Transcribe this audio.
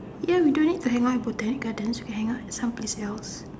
ya we don't need to hang out at Botanic gardens we can hang out at some place else